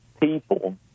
people